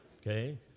okay